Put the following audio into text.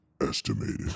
estimated